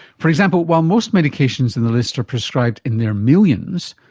for example, while most medications in the list are prescribed in their millions,